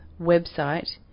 website